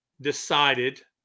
decided